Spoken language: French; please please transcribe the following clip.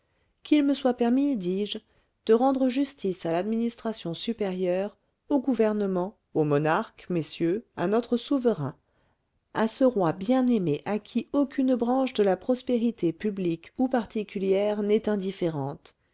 qu'il me soit permis dis-je de rendre justice à l'administration supérieure au gouvernement au monarque messieurs à notre souverain à ce roi bien-aimé à qui aucune branche de la prospérité publique ou particulière n'est indifférente